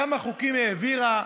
כמה חוקים היא העבירה,